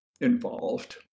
involved